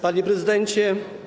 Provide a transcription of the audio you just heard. Panie Prezydencie!